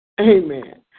Amen